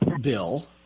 bill